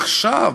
עכשיו,